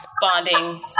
bonding